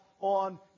on